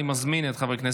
חוק